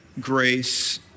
grace